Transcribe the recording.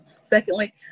secondly